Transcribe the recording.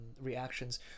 reactions